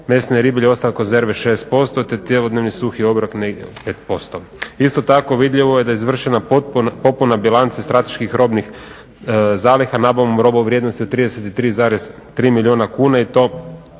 mesne i riblje i ostale konzerve 6% te cjelodnevni suhi obrok negdje 58%. Isto tako vidljivo da je izvršena popuna bilance strateških robnih zaliha nabavom robe u vrijednosti od 33,3 milijuna kuna i to